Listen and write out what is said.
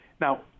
Now